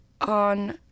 on